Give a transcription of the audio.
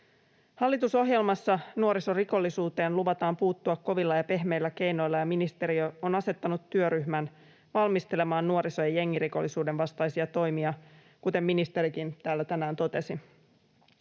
Hallitusohjelmassa nuorisorikollisuuteen luvataan puuttua kovilla ja pehmeillä keinoilla, ja ministeriö on asettanut työryhmän valmistelemaan nuoriso‑ ja jengirikollisuuden vastaisia toimia, kuten ministerikin täällä tänään totesi.